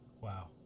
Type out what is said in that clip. Wow